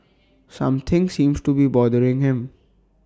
something seems to be bothering him